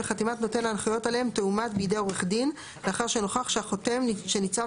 וחתימת נותן ההנחיות עליהן תאומת בידי עורך דין לאחר שנוכח שהחותם שניצב